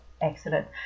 excellent